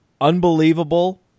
unbelievable